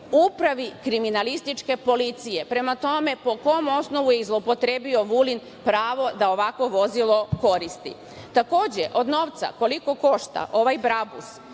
Upravi kriminalističke policije. Prema tome po kom osnovu je zloupotrebio Vulin pravo da ovakvo vozilo koristi? Takođe, od novca koliko košta ovaj BRABUS,